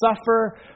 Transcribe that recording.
suffer